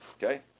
Okay